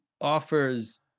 offers